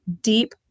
deep